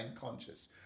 conscious